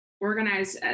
organize